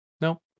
No